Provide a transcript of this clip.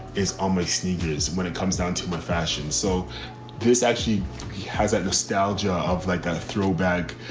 it's almost sneakers when it comes down to my fashion. so this actually has that nostalgia of like a throwback,